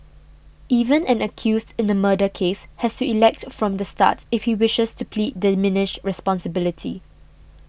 even an accused in a murder case has to elect from the start if he wishes to plead diminished responsibility